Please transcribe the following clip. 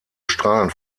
strahlen